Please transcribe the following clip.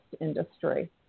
industry